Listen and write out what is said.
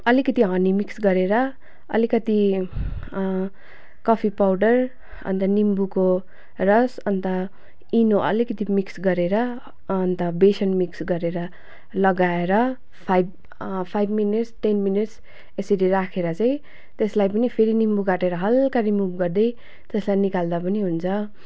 अलिकति honey mix गरेर अलिकति कफी पाउडर अन्त निम्बुको रस अन्त इनो अलिकति मिक्स गरेर अन्त बेसन मिक्स गरेर लगाएर five five minutes ten minutes यसरी राखेर चाहिँ त्यसलाई फेरि निम्बु काटेर हल्का रिमुभ गर्दै त्यसलाई निकाल्दा पनि हुन्छ